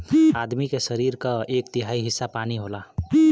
आदमी के सरीर क एक तिहाई हिस्सा पानी होला